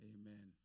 amen